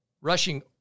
rushing